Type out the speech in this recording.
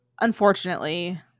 Unfortunately